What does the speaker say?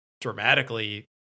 dramatically